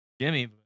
Jimmy